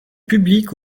publique